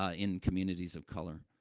ah in communities of color.